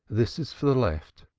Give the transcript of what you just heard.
this is for the left.